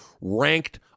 ranked